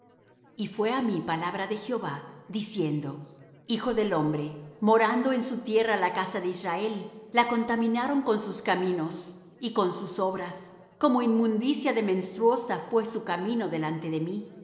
y fué á mí palabra de jehová diciendo hijo del hombre morando en su tierra la casa de israel la contaminaron con sus caminos y con sus obras como inmundicia de menstruosa fué su camino delante de mí